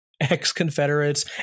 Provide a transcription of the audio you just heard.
ex-Confederates